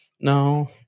no